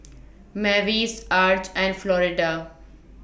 Mavis Arch and Florida